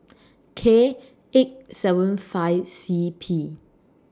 K eight seven five C P